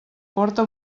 porta